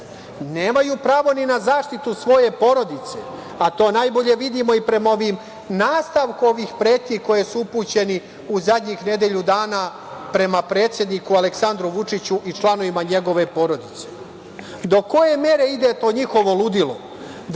nemaju pravo ni na zaštitu svoje porodice, a to najbolje vidimo i prema nastavku ovih pretnji koje su upućene u zadnjih nedelju dana prema predsedniku Aleksandru Vučiću i članovima njegove porodice. Do koje mere ide to njihovo ludilo